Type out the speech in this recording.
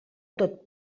tot